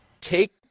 take